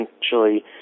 essentially